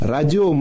Radio